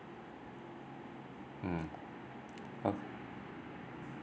mm uh